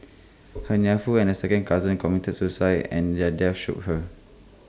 her nephew and A second cousin committed suicide and their deaths shook her